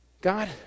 God